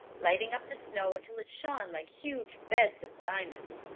lighting up the snow until it shone like huge beds of diamonds.